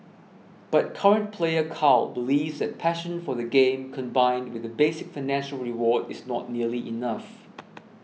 but current player Carl believes that passion for the game combined with a basic financial reward is not nearly enough